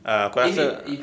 ah aku rasa